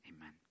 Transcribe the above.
Amen